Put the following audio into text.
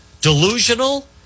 delusional